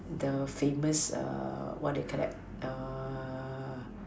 the famous err what do you called that err